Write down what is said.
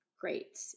great